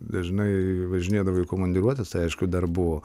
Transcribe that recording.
dažnai važinėdavo į komandiruotes tai aišku dar buvo